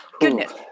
goodness